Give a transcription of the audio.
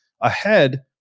ahead